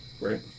right